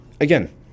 Again